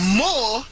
more